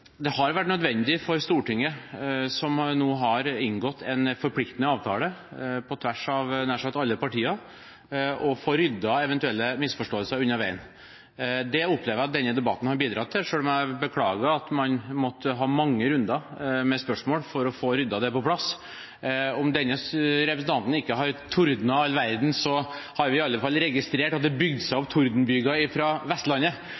Det har vært nødvendig for Stortinget, som nå har inngått en forpliktende avtale, på tvers av – jeg hadde nært sagt – alle partier, å få ryddet eventuelle misforståelser av veien. Det opplever jeg at denne debatten har bidratt til, selv om jeg beklager at man måtte ha mange runder med spørsmål for å få ryddet det på plass. Om denne representanten ikke har tordnet all verden, har jeg iallfall registrert at det har bygd seg opp tordenbyger fra Vestlandet.